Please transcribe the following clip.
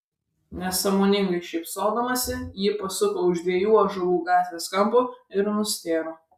nesąmoningai šypsodamasi ji pasuko už dviejų ąžuolų gatvės kampo ir nustėro